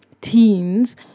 teens